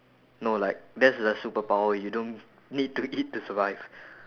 no like that's the superpower you don't need to eat to survive